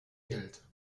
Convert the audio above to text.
geld